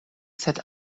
sed